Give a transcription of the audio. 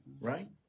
right